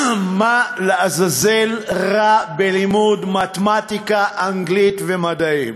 מה לעזאזל רע בלימוד מתמטיקה, אנגלית ומדעים?